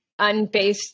unbased